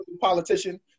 politician